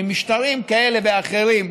ממשטרים כאלה ואחרים,